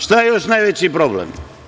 Šta je još najveći problem?